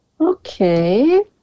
okay